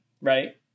right